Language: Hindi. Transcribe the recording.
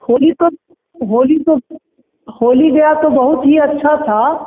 होली तो होली तो होली गया तो बहुत ही अच्छा था